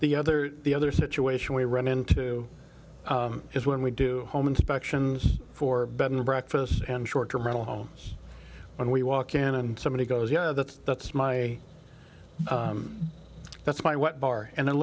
the other the other situation we run into is when we do home inspections for bed and breakfasts and short term rental homes when we walk in and somebody goes yeah that's that's my that's my what bar and it